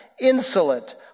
insolent